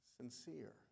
sincere